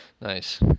Nice